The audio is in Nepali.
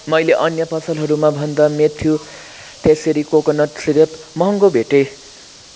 मैले अन्य पसलहरूमा भन्दा मेथ्यू तेसरी कोकोनट सिरप महँगो भेटेँ